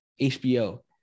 HBO